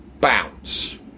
bounce